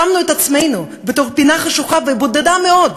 שמנו את עצמנו בתוך פינה חשוכה ובודדה מאוד,